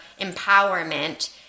empowerment